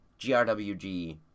GRWG